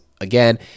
again